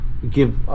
give